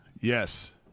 Yes